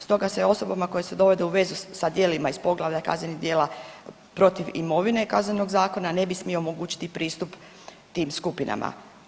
Stoga se osobama koje se dovode u vezu sa djelima iz poglavlja kaznenih djela protiv imovine Kaznenog zakona ne bi smio omogućiti pristup tim skupinama.